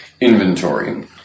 inventory